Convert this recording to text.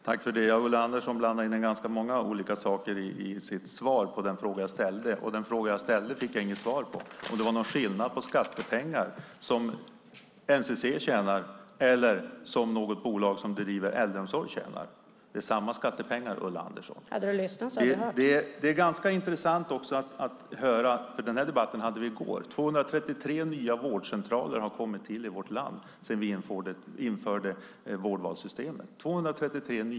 Fru talman! Ulla Andersson blandar in ganska många olika saker i sitt anförande, men jag fick inte något svar på den fråga jag ställde. Jag frågade om det var någon skillnad mellan de skattepengar som NCC tjänar och de skattepengar som ett bolag som bedriver äldreomsorg tjänar. Det är samma skattepengar, Ulla Andersson. Den här debatten hade vi i går. 233 nya vårdcentraler har kommit till i vårt land sedan vi införde vårdvalssystemet.